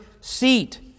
seat